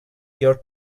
your